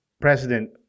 president